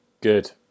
Good